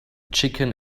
chicken